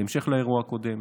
בהמשך לאירוע הקודם,